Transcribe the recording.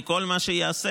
כי כל מה שייאסף,